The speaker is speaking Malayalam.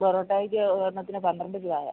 പൊറോട്ടായ്ക്ക് ഒരെണ്ണത്തിന് പന്ത്രണ്ട് രൂപയാണ്